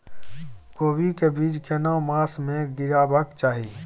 कोबी के बीज केना मास में गीरावक चाही?